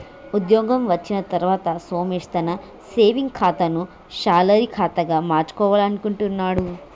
ఉద్యోగం వచ్చిన తర్వాత సోమేష్ తన సేవింగ్స్ ఖాతాను శాలరీ ఖాతాగా మార్చుకోవాలనుకుంటున్నడు